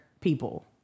people